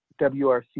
WRC